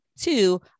two